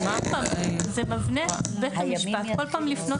זה מפנה את בית המשפט כל פעם לפנות